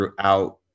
throughout